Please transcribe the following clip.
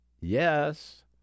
Yes